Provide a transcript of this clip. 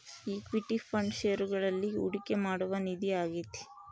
equity fund ಷೇರುಗಳಲ್ಲಿ ಹೂಡಿಕೆ ಮಾಡುವ ನಿಧಿ ಆಗೈತೆ